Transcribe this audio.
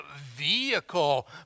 vehicle